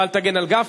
אתה אל תגן על גפני,